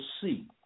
see